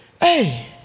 hey